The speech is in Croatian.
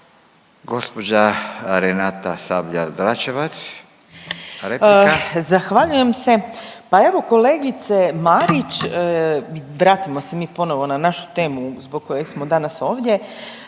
Gospođa Renata Sabljar-Dračevac,